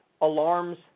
alarms